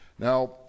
Now